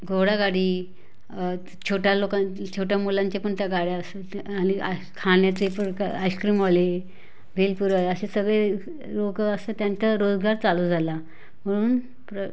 घोडागाडी छोट्या लोकां छोट्या मुलांच्या पण त्या गाड्या अस्न ते आणि अस् खाण्याचे प्रकार आईसक्रीमवाले भेलपुरीवाले असे सगळे लोक असतात त्यांचा रोजगार चालू झाला म्हणून प्र